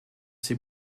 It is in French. ses